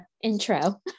intro